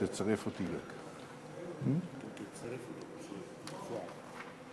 סעיפים 1 2 נתקבלו.